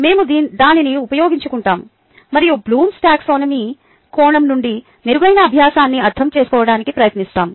మేము దానిని ఉపయోగించుకుంటాము మరియు బ్లూమ్స్ టాక్సానమీBloom's Taxonomy కోణం నుండి మెరుగైన అభ్యాసాన్ని అర్థం చేసుకోవడానికి ప్రయత్నిస్తాము